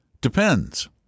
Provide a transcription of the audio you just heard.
depends